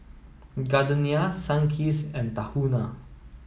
Gardenia Sunkist and Tahuna